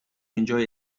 enjoy